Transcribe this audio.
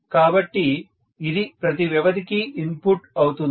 కాబట్టి ఇది ప్రతి వ్యవధికి ఇన్పుట్ అవుతుంది